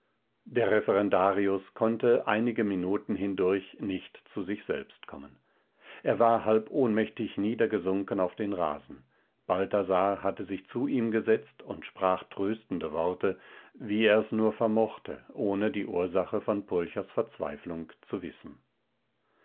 der referendarius konnte einige minuten hindurch nicht zu sich selbst kommen er war halb ohnmächtig niedergesunken auf den rasen balthasar hatte sich zu ihm gesetzt und sprach tröstende worte wie er es nur vermochte ohne die ursache von pulchers verzweiflung zu wissen